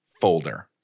folder